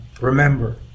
remember